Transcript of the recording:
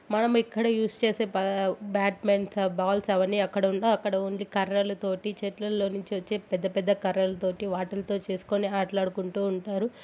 మనం ఇక్కడ యూస్ చేసే బా బ్యాట్మెంట్స్ బాల్స్ అవన్నీ అక్కడ ఉండే కర్రలతోటి చెట్లలలో నుంచి వచ్చే పెద్ద పెద్ద కర్రలతోటి వాటితోని చేసుకుని ఆటలు ఆడుకుంటు ఉంటారు